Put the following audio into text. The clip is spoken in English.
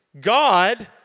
God